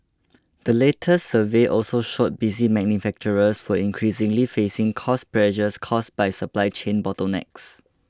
the latest survey also showed busy manufacturers for increasingly facing cost pressures caused by supply chain bottlenecks